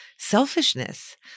selfishness